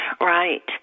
Right